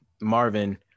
Marvin